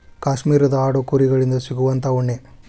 ಕಾಶ್ಮೇರದ ಆಡು ಕುರಿ ಗಳಿಂದ ಸಿಗುವಂತಾ ಉಣ್ಣಿ